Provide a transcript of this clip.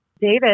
David